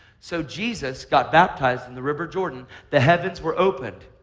so jesus got baptized in the river jordan. the heavens were opened.